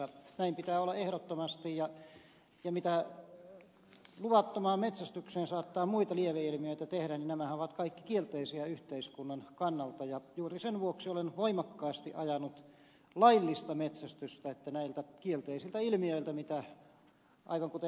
näin pitää olla ehdottomasti ja ne muut lieveilmiöthän joita luvaton metsästys saattaa aiheuttaa ovat kaikki kielteisiä yhteiskunnan kannalta ja juuri sen vuoksi olen voimakkaasti ajanut laillista metsästystä että näiltä kielteisiltä ilmiöiltä aivan kuten ed